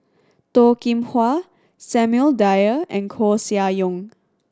Toh Kim Hwa Samuel Dyer and Koeh Sia Yong